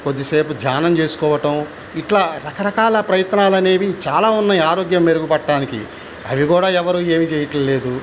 కొద్దిసేపు ధ్యానం చేసుకోవటం ఇట్లా రకరకాల ప్రయత్నాలనేవి చాలా ఉన్నాయి ఆరోగ్యం మెరుగుపట్టానికి అవి కూడా ఎవరు ఏమి చేయట్లేదు